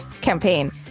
campaign